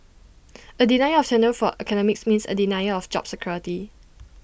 A denial of tenure for academics means A denial of job security